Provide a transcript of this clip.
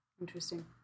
Interesting